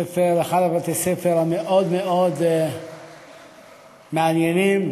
אחד מבתי-הספר המאוד-מאוד מעניינים.